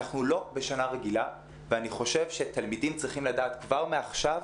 אנחנו לא בשנה רגילה ואני חושב שתלמידים צריכים לדעת כבר מעכשיו